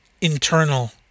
internal